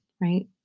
right